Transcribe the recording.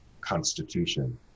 constitution